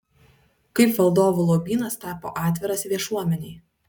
kaip valdovų lobynas tapo atviras viešuomenei